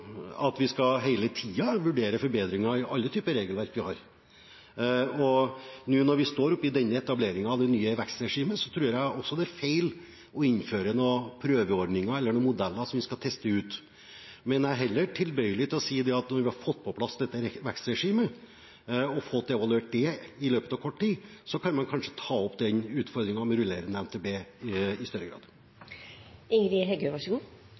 at vi hele tiden skal vurdere forbedringer – i alle typer regelverk vi har – og nå, når vi står oppe i denne etableringen av det nye vekstregimet, tror jeg også det er feil å innføre noen prøveordninger, eller noen modeller som vi skal teste ut. Jeg er heller tilbøyelig til å si at når vi har fått på plass dette vekstregimet, og fått evaluert det i løpet av kort tid, så kan man kanskje ta opp utfordringen med rullerende MTB i større